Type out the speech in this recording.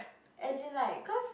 as in like cause